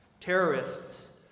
Terrorists